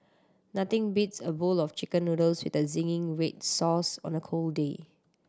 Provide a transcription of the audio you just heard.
nothing beats a bowl of Chicken Noodles with a zingy weed sauce on a cold day